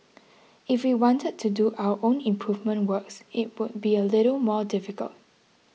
if we wanted to do our own improvement works it would be a little more difficult